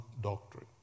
doctrine